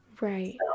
right